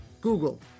Google